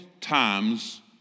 times